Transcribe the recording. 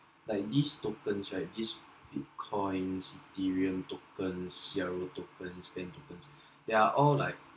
like these tokens right these Bitcoins ethereum token C_R_O tokens bank tokens they are all like